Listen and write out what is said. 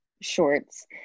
shorts